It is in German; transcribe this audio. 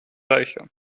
reicher